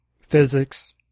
physics